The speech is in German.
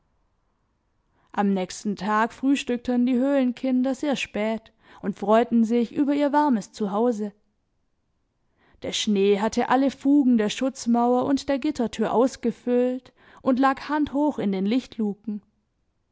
am nächsten tag frühstückten die höhlenkinder sehr spät und freuten sich über ihr warmes zuhause der schnee hatte alle fugen der schutzmauer und der gittertür ausgefüllt und lag handhoch in den